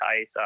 ice